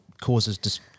causes